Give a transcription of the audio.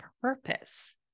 purpose